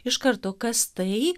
iš karto kas tai